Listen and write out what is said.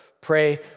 pray